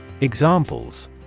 Examples